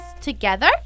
Together